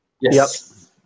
Yes